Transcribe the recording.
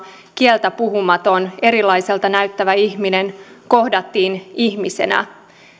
kieltä puhumaton erilaiselta näyttävä ihminen kohdattiin ihmisenä